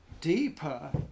deeper